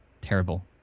terrible